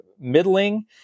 middling